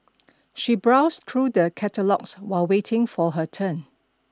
she browsed through the catalogues while waiting for her turn